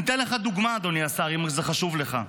אני אתן לך דוגמה, אדוני השר, אם זה חשוב לך.